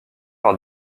par